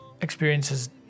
experiences